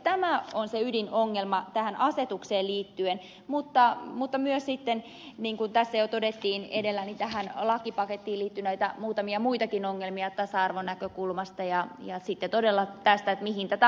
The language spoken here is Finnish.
tämä on se ydinongelma tähän asetukseen liittyen mutta myös sitten niin kuin tässä jo todettiin edellä tähän lakipakettiin liittyy näitä muutamia muitakin ongelmia tasa arvon näkökulmasta ja sitten todella tästä mihin tätä haittaluokkaa käytetään